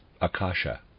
Akasha